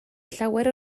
llawer